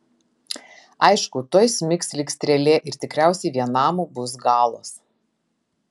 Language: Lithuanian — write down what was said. aišku tuoj smigs lyg strėlė ir tikriausiai vienam bus galas